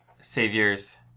saviors